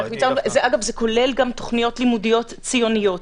זה כולל גם תוכניות לימודים ציוניות,